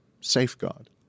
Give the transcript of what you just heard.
safeguard